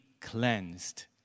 cleansed